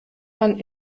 man